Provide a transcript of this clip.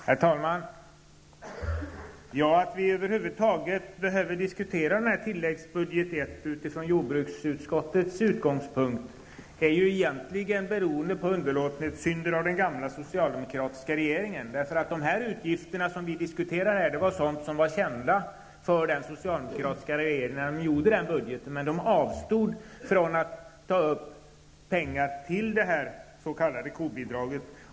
Herr talman! Att vi över huvud taget behöver diskutera tilläggsbudget I från jordbruksutskottets utgångspunkt beror egentligen på underlåtenhetssynder av den gamla, socialdemokratiska regeringen. De utgifter som vi här diskuterar var kända för den socialdemokratiska regeringen när den gjorde budgeten, men man avstod från att ta upp pengar till det s.k. kobidraget.